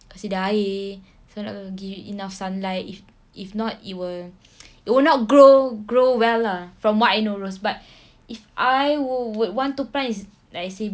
kasi dia air so gotta give it enough sunlight if if not it will it will not grow grow well lah from what I know rose but if I would would want to plant it's like I say